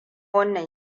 wannan